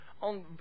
on